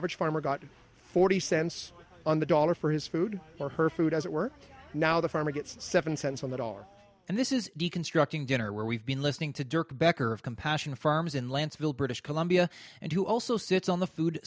average farmer got forty cents on the dollar for his food or her food as it were now the farmer gets seven cents on the dollar and this is deconstructing dinner where we've been listening to dirck backer of compassion farms in landstuhl british columbia and who also sits on the food